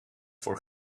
for